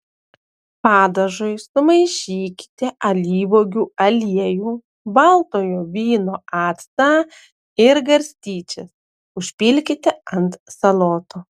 padažui sumaišykite alyvuogių aliejų baltojo vyno actą ir garstyčias užpilkite ant salotų